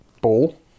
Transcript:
ball